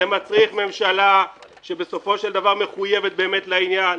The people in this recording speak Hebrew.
זה מצריך ממשלה שבסופו של דבר מחויבת באמת לעניין,